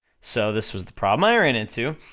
so this was the problem i ran into.